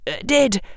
Did